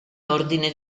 ordine